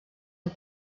amb